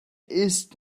ist